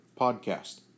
podcast